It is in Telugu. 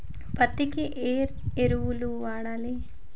పత్తి కి ఏ ఎరువులు వాడాలి?